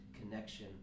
connection